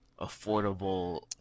affordable